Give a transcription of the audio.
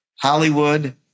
Hollywood